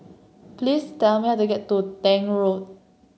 please tell me how to get to Tank Road